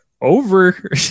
over